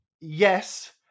Yes